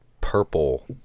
purple